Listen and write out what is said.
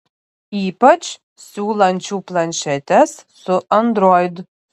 ypač siūlančių planšetes su android